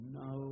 no